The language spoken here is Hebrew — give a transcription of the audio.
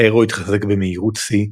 האירו התחזק במהירות שיא,